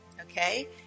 okay